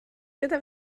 gyda